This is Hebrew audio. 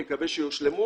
אני מקווה שיושלמו,